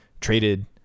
traded